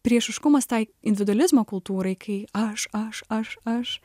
priešiškumas tai individualizmo kultūrai kai aš aš aš aš